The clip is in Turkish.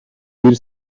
bir